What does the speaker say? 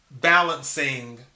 balancing